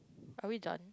are we done